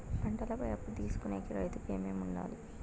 పంటల పై అప్పు తీసుకొనేకి రైతుకు ఏమేమి వుండాలి?